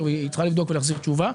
התקציבים והיא צריכה לבדוק ולהחזיר תשובה.